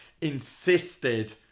insisted